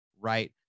right